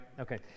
Okay